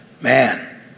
man